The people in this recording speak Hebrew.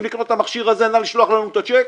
לקנות את המכשיר הזה ונא לשלוח לנו את הצ'ק.